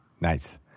Nice